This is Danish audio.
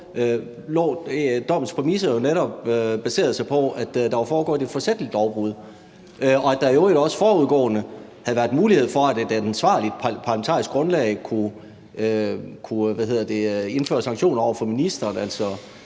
netop baserede sig på, at der var foregået et forsætligt lovbrud, og at der i øvrigt også forudgående havde været mulighed for, at et ansvarligt parlamentarisk grundlag havde kunnet indføre sanktioner over for ministeren,